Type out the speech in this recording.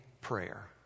prayer